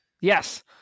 yes